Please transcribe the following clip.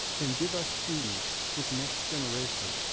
and give our students this next generation,